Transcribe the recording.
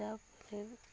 ତା'ପରେ